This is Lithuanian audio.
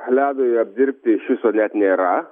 ledui apdirbti iš viso net nėra